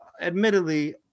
admittedly